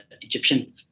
Egyptian